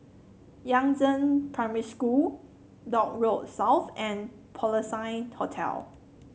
Yangzheng Primary School Dock Road South and Porcelain Hotel